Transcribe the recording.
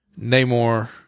Namor